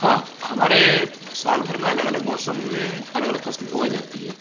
हाँ हमारे साल भर में अलग अलग मौसम में अलग अलग फसलें उगाई जाती हैं